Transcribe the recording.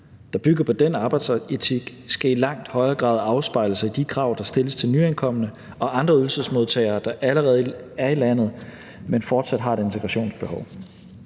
der bygger på den arbejdsetik, skal i langt højere grad afspejle sig i de krav, der stilles til nyankomne og andre ydelsesmodtagere, der allerede er i landet, men fortsat har et integrationsbehov.